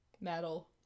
metal